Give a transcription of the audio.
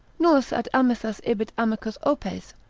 nullas ad amissas ibit amicus opes,